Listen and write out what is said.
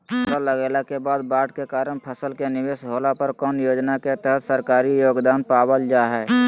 फसल लगाईला के बाद बाढ़ के कारण फसल के निवेस होला पर कौन योजना के तहत सरकारी योगदान पाबल जा हय?